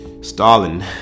Stalin